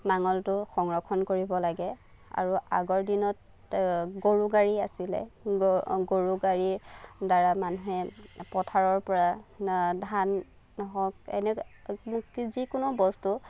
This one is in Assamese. নাঙলটো সংৰক্ষণ কৰিব লাগে আৰু আগৰ দিনত গৰু গাড়ী আছিলে গৰু গাড়ীৰ দ্বাৰা মানুহে পথাৰৰ পৰা ধান হওক এনে যিকোনো বস্তু